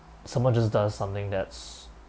someone just does something that's